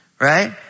Right